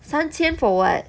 三千 for what